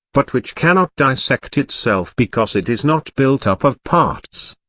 but which cannot dissect itself because it is not built up of parts,